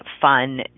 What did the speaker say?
fun